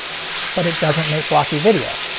but it doesn't make blocky video.